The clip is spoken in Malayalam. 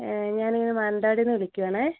ഞാൻ ഇങ്ങനെ മാനന്തവാടിന്ന് വിളിക്കുവാണ്